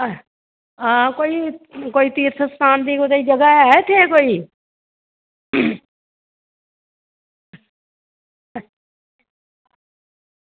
कोई तीर्थ स्थान दी जगह ऐ कोई